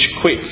quick